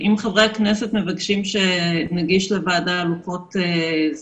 אם חברי הכנסת מבקשים שנגיש לוועדה לוחות-זמנים,